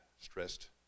stressed